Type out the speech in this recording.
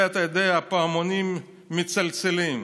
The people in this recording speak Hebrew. אתה יודע, הפעמונים מצלצלים.